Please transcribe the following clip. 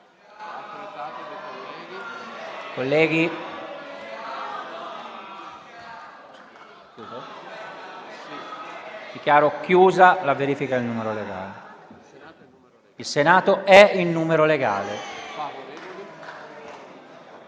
Il Senato è in numero legale.